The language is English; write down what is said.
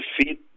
defeat